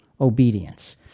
obedience